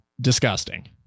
disgusting